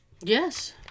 Yes